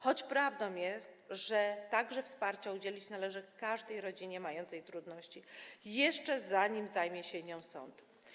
Choć prawdą jest, że takiego wsparcia udzielić należy każdej rodzinie mającej trudności, jeszcze zanim zajmie się nią sąd.